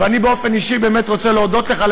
ואני באופן אישי רוצה להודות לך על